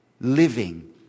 Living